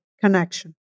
connection